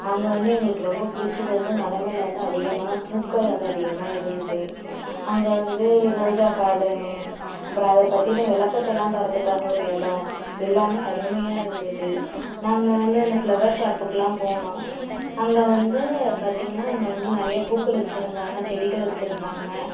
அங்கே வந்து எங்களுக்கு ரொம்ப பிடிச்சது வந்து மலை மேலே வந்து அதிகமான பூக்கள் வந்து அதிகமாக இருந்தது அங்கே வந்து ரோஜா கார்டன்னு அப்புறம் அதை பற்றின விளக்கத்தை எல்லாம் தரத்துக்காக ஒரு இடம் எல்லாமே அருமையாக இருந்தது நாங்கள் வந்து அந்த ஃபிளவர் ஷாப்புக்கு எல்லாம் போனோம் அங்கே வந்து பார்த்தீங்கன்னா அங்கே வந்து நிறையா பூக்கள் வச்சியிருந்தாங்க செடிகள் வச்சியிருந்தாங்க